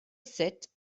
sept